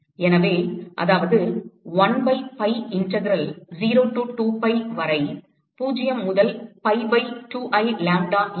எனவே அதாவது 1 by pi integral 0 முதல் 2 pi வரை 0 முதல் pi by 2 I lambda E வரை